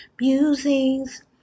Musings